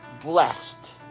blessed